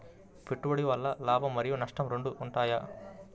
పెట్టుబడి వల్ల లాభం మరియు నష్టం రెండు ఉంటాయా?